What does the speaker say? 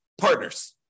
partners